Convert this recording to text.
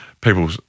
people